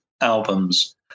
albums